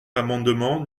l’amendement